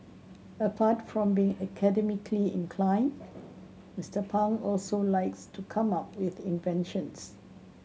apart from being academically inclined Mister Pang also likes to come up with inventions